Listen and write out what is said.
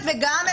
כמחוקקים,